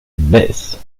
baisse